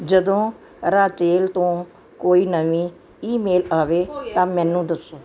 ਜਦੋਂ ਰਾਚੇਲ ਤੋਂ ਕੋਈ ਨਵੀਂ ਈਮੇਲ ਆਵੇ ਤਾਂ ਮੈਨੂੰ ਦੱਸੋ